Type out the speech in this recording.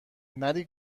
نری